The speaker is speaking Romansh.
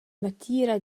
natira